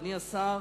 אדוני השר,